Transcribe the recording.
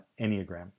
enneagram